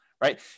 right